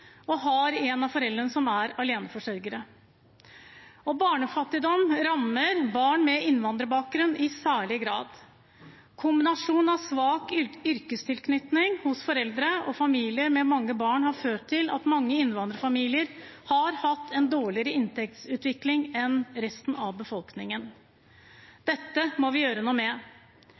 har en av foreldrene som aleneforsørger Barnefattigdom rammer barn med innvandrerbakgrunn i særlig grad. Kombinasjonen av svak yrkestilknytning hos foreldrene og familier med mange barn har ført til at mange innvandrerfamilier har hatt en dårligere inntektsutvikling enn resten av befolkningen. Dette må vi gjøre noe med.